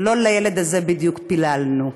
לא לילד הזה בדיוק פיללנו.